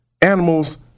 animals